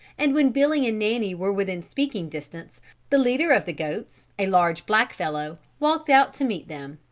and when billy and nanny were within speaking distance the leader of the goats, a large black fellow, walked out to meet them.